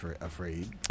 afraid